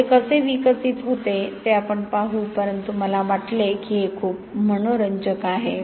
तर ते कसे होते ते आपण पाहू परंतु मला वाटले की हे खूप मनोरंजक आहे